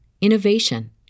innovation